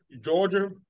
Georgia